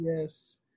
Yes